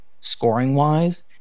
scoring-wise